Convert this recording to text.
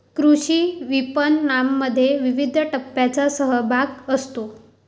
कृषी विपणनामध्ये विविध टप्प्यांचा सहभाग असतो